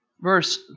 verse